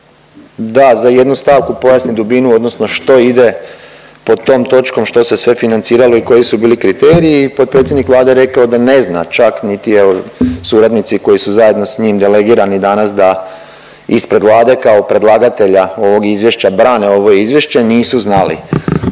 da za jednu stavku pojasni dubinu odnosno što ide pod tom točkom što se sve financiralo i koji su bili kriteriji. Potpredsjednik Vlade je rekao da ne zna čak niti evo suradnici koji su zajedno s njim delegirani danas da ispred Vlade kao predlagatelja ovog izvješća brane ovo izvješće, nisu znali,